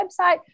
website